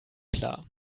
klar